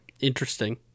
Interesting